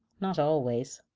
not always.